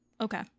Okay